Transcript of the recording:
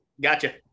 gotcha